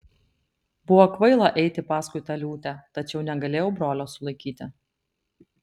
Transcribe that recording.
buvo kvaila eiti paskui tą liūtę tačiau negalėjau brolio sulaikyti